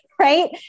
right